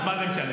אז מה זה משנה.